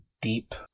deep